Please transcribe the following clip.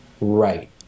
right